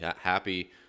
happy